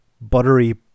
buttery